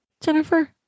Jennifer